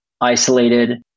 isolated